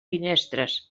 finestres